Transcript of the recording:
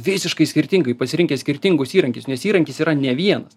visiškai skirtingai pasirinkę skirtingus įrankius nes įrankis yra ne vienas